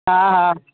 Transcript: हा हा